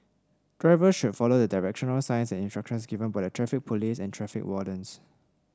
drivers should follow the directional signs and instructions given by the Traffic Police and traffic wardens